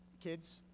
Kids